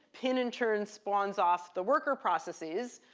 pin, in turn, spawns off the worker processes.